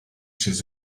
chez